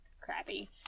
crappy